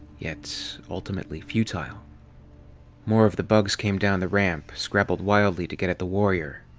yet ultimately futile more of the bugs came down the ramp, scrabbled wildly to get at the warrior.